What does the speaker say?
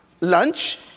lunch